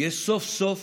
שיש סוף-סוף